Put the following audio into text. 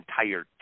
entire